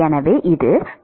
எனவே இது 105